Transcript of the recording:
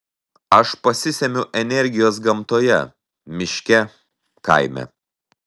aš pasisemiu energijos gamtoje miške kaime